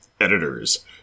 editors